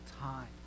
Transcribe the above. time